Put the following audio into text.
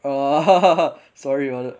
sorry about it